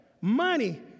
money